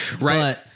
Right